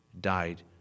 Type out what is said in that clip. died